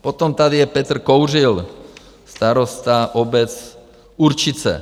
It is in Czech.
Potom tady je Petr Kouřil, starosta obec Určice.